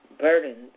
burdens